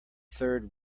third